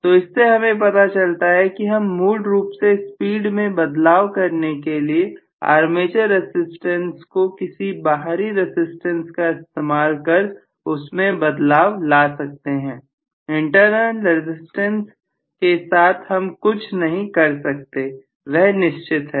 तो इससे हमें पता चलता है कि हम मूल रूप से स्पीड में बदलाव करने के लिए आर्मेचर रसिस्टेंस को किसी बाहरी रसिस्टेंस का इस्तेमाल कर उसमें बदलाव ला सकते हैं इंटरनल रसिस्टेंस के साथ हम कुछ नहीं कर सकते वह निश्चित है